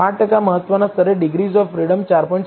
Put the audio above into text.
5 ટકા મહત્વના સ્તરે ડિગ્રીઝ ઓફ ફ્રીડમ 4